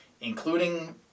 including